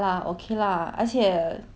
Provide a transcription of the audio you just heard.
just intern finish mah 我们